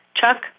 Chuck